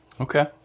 Okay